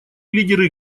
лидеры